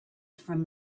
from